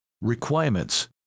Requirements